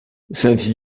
since